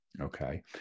Okay